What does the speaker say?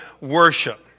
worship